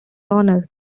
honor